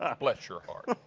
um bless your heart.